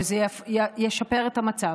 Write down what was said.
וזה ישפר את המצב.